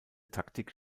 taktik